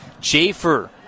Jaffer